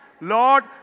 Lord